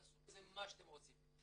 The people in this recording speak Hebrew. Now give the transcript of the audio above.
תעשו בזה מה שאתם רוצים.